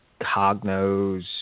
Cognos